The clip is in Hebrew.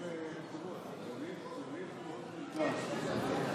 חברי הכנסת, תמה ההצבעה.